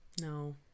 No